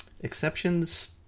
Exceptions